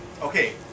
Okay